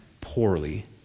poorly